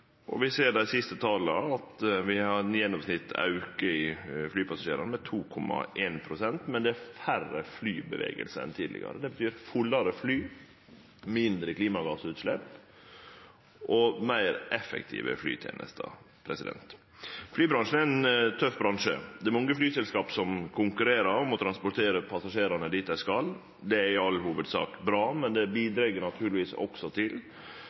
Vi ser av dei siste tala at vi har ein gjennomsnittleg auke i talet på flypassasjerar på 2,1 pst., men det er færre flybevegelsar enn tidlegare. Det betyr fullare fly, mindre klimagassutslepp og meir effektive flytenester. Flybransjen er ein tøff bransje. Det er mange flyselskap som konkurrerer om å transportere passasjerane dit dei skal. Det er i all hovudsak bra, men det bidreg naturlegvis også til